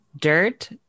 dirt